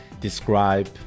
describe